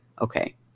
okay